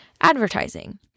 advertising